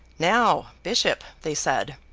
now, bishop they said,